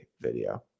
video